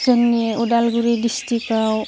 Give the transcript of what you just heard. जोंनि उदालगुरि डिस्ट्रिक्टआव